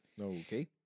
Okay